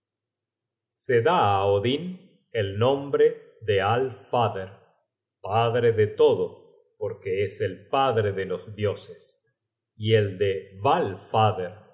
se da á odin el nombre de alfader padre de todo porque es el padre de los dioses y el de valfader